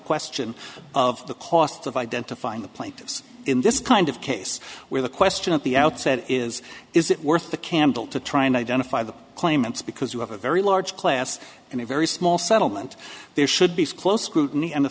question of the cost of identifying the plaintiffs in this kind of case where the question at the outset is is it worth the candle to try and identify the claimants because you have a very large class and a very small settlement there should be close scrutiny a